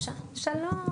דקה,